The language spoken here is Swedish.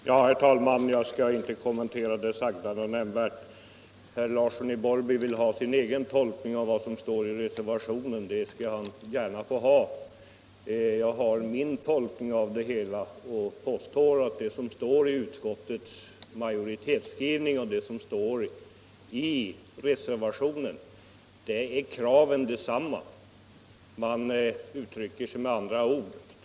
Herr talman! Jag skall inte kommentera det sagda nämnvärt. Herr Larsson i Borrby vill ha sin egen tolkning av vad som står i reservationen. Det får han gärna ha. Jag har min tolkning av det hela. Jag påstår att utskottets majoritetsskrivning och reservationen innehåller samma krav. Man uttrycker sig med olika ord.